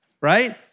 right